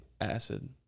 Acid